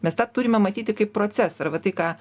mes tą turime matyti kaip procesą ir va tai ką